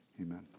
Amen